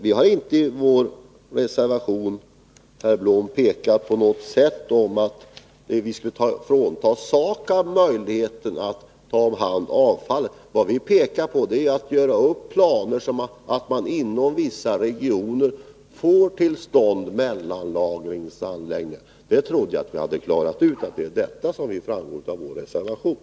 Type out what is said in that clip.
Vi har inte i vår reservation, herr Blom, på något sätt påstått att vi skulle frånta SAKAB möjligheten att ta hand om avfallet. Det vi pekar på är att planer skulle göras upp så att man inom vissa regioner får till stånd mellanlagringsanläggningar. Jag trodde att vi hade rett ut att det är detta vi framhåller i vår reservation.